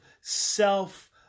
self